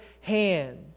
hands